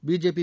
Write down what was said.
BJP